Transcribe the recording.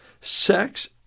sex